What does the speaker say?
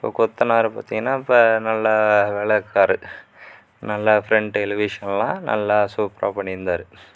இப்போ கொத்தனார் பார்த்தீங்கன்னா இப்போ நல்ல வேலைக்கார் நல்ல ஃபிரென்ட் எலிவேஷன்லாம் நல்லா சூப்பராக பண்ணிருந்தார்